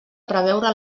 preveure